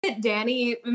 danny